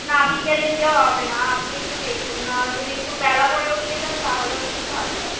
না বিকেলে দিলে হবে না আপনি একটু দেখুন যদি একটু বেলা করেও দিয়ে যান তাহলেও খুব ভালো হয়